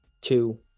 two